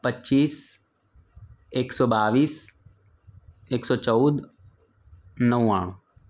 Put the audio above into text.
પચ્ચીસ એકસો બાવીસ એકસો ચૌદ નવ્વાણું